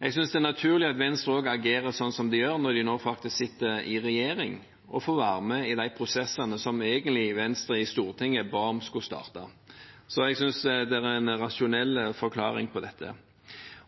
Jeg synes det er naturlig at Venstre også agerer sånn som de gjør, når de nå faktisk sitter i regjering og får være med i de prosessene som egentlig Venstre i Stortinget ba om skulle starte. Så jeg synes det er en rasjonell forklaring på dette.